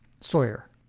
Sawyer